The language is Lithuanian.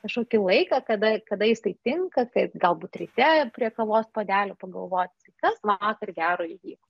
kažkokį laiką kada kada jisai tinka taip galbūt ryte prie kavos puodelio pagalvoti tai kas vakar gero įvyko